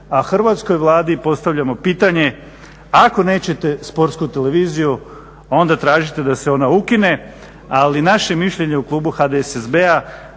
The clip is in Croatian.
a Hrvatskoj Vladi postavljamo pitanje, ako nećete Sportsku televiziju, onda tražite da se ona ukine, ali naše je mišljenje u klubu HDSSB-a